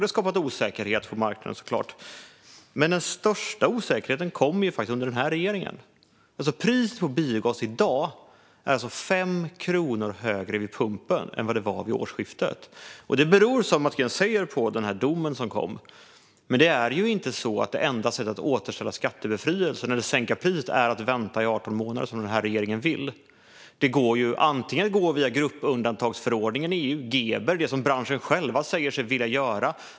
Det har skapat osäkerhet för marknaden, såklart. Men den största osäkerheten kom faktiskt under den här regeringen. Priset på biogas i dag är 5 kronor högre vid pumpen än det var vid årsskiftet. Det beror, som Mats Green säger, på den dom som kom. Men det är inte så att det enda sättet att återställa skattebefrielse eller sänka priset är att vänta i 18 månader, som regeringen vill. Det går att antingen gå via gruppundantagsförordningen i EU, GBER, vilket man i branschen själv säger sig vilja göra.